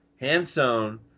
hand-sewn